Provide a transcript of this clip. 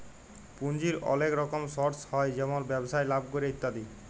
পুঁজির ওলেক রকম সর্স হ্যয় যেমল ব্যবসায় লাভ ক্যরে ইত্যাদি